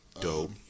Dope